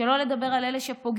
שלא לדבר על אלה שפוגעים,